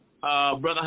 Brother